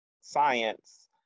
science